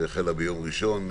שהחלה ביום ראשון,